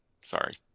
sorry